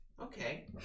Okay